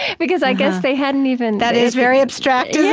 because i guess they hadn't even, that is very abstract, yeah